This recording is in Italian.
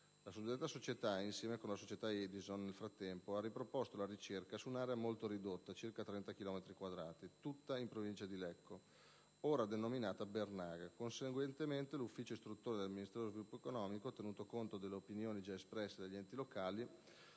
società, insieme con la società Edison, nel frattempo, ha riproposto la ricerca, su un'area molto ridotta (circa 30 chilometri quadrati), tutta in provincia di Lecco, ora denominata Bernaga. Conseguentemente, l'ufficio istruttore del Ministero dello sviluppo economico, tenuto conto delle opinioni già espresse dagli enti locali,